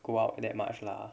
go out that much lah